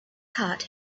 heart